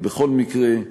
בכל מקרה,